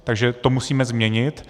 Takže to musíme změnit.